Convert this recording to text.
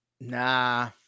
Nah